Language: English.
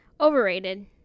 Overrated